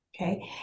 Okay